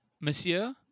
Monsieur